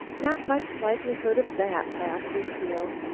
not much likelihood of that, laughed lucile.